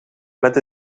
met